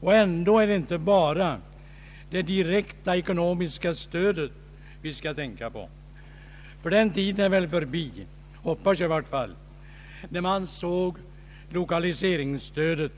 Och ändå är det inte bara det direkta ekonomiska stödet vi skall tänka på. Den tiden är väl förbi — hoppas jag — när man såg lokaliseringsstödet